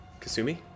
Kasumi